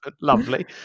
lovely